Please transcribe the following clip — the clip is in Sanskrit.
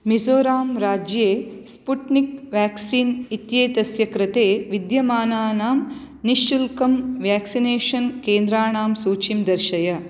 मिज़ोराम् राज्ये स्पुट्निक् वेक्सीन् इत्येतस्य कृते विद्यमानानां निःशुल्कं वेक्सिनेषन् केन्द्राणां सूचीं दर्शय